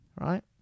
Right